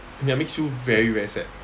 ya makes you very very sad